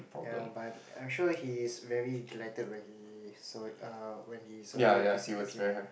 ya but I'm I'm sure he is very delighted when he saw err when he saw you you visited him lah